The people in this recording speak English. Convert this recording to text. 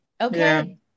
okay